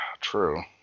True